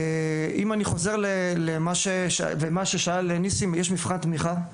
אם אני חוזר למה ששאל נסים, יש מבחן תמיכה,